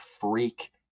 freak